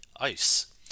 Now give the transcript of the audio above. ice